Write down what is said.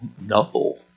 No